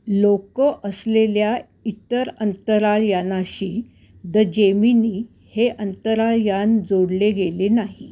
लोकं असलेल्या इतर अंतराळयानाशी द जेमिनी हे अंतराळयान जोडले गेले नाही